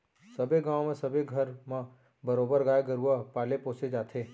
सबे गाँव म सबे घर म बरोबर गाय गरुवा पाले पोसे जाथे